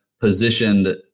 positioned